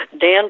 Dan